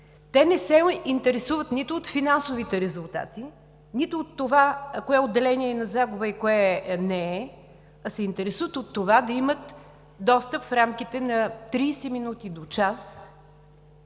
Те не се интересуват нито от финансовите резултати, нито от това кое отделение е на загуба и кое не е, а се интересуват от това да имат достъп в рамките на тридесет минути до час